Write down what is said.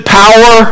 power